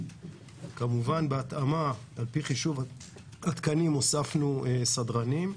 כמובן בהתאמה על פי חישוב התקנים הוספנו סדרנים.